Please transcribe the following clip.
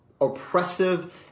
oppressive